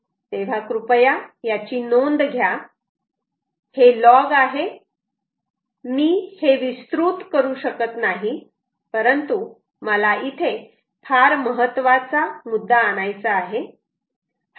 तेव्हा कृपया याची नोंद घ्या हे लॉग आहे मी हे विस्तृत करू शकत नाही परंतु मला इथे फार महत्वाचा मुद्दा आणायचा आहे